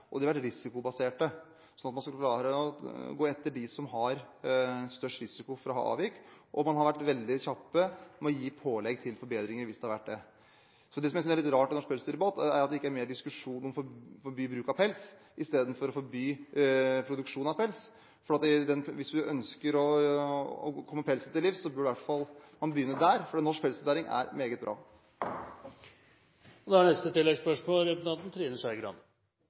og de har vært risikobaserte, slik at man skal klare å gå etter dem som har størst risiko for å ha avvik, og man har vært veldig kjappe med å gi pålegg om forbedringer hvis det har vært det. Det jeg synes er litt rart i norsk pelsdyrdebatt, er at det ikke er mer diskusjon om å forby bruk av pels istedenfor å forby produksjon av pels. Hvis man ønsker å komme pelsen til livs, bør man i hvert fall begynne der, for norsk pelsdyrnæring er meget bra.